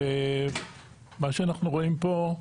מה שאנחנו רואים פה,